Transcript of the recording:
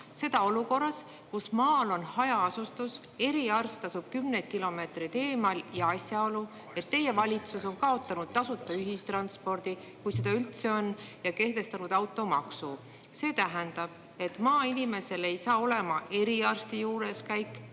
Seda olukorras, kus maal on hajaasustus, eriarst asub kümneid kilomeetreid eemal ja teie valitsus on kaotanud tasuta ühistranspordi – kui seda [ühistransporti] üldse on – ja kehtestanud automaksu. See tähendab, et maainimesel ei saa olema eriarsti juures käik